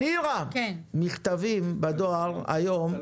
המכתבים שמגיעים בדואר, היום